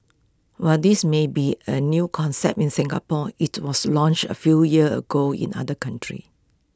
while this may be A new concept in Singapore IT was launched A few years ago in other countries